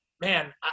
man